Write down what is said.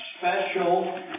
special